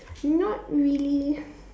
not really